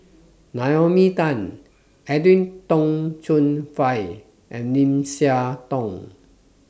Naomi Tan Edwin Tong Chun Fai and Lim Siah Tong